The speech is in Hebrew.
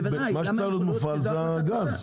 מה שצריך להיות מופעל זה הגז.